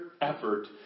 effort